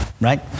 right